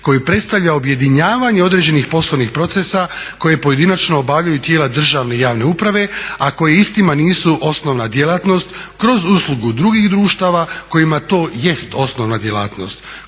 koje predstavlja objedinjavanje određenih poslovnih procesa koja pojedinačno obavljaju tijela državne i javne uprave a koje istima nisu osnovna djelatnost kroz uslugu drugih društava kojima to jest osnovna djelatnost.